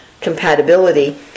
compatibility